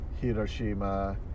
Hiroshima